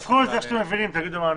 זה איך שאתם מבינים, תגידו מה הנוסח.